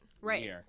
right